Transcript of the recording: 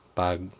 pag